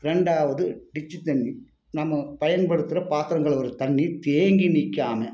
ரெண்டாவது டிட்ச்சி தண்ணி நம்ம பயன்படுத்துகிற பாத்திரங்களோடய தண்ணி தேங்கி நிற்காம